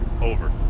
Over